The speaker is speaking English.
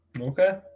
okay